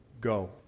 go